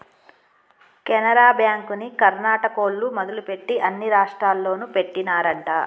కెనరా బ్యాంకుని కర్ణాటకోల్లు మొదలుపెట్టి అన్ని రాష్టాల్లోనూ పెట్టినారంట